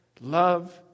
Love